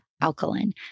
alkaline